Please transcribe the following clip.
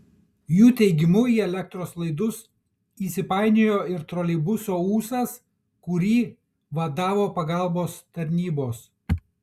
jų teigimu į elektros laidus įsipainiojo ir troleibuso ūsas kurį vadavo pagalbos tarnybos